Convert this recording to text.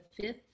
fifth